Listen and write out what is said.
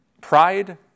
Pride